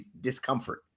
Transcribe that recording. discomfort